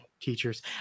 teachers